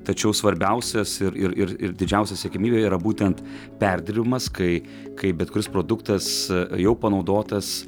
tačiau svarbiausias ir ir ir ir didžiausia siekiamybė yra būtent perdirbimas kai kai bet kuris produktas jau panaudotas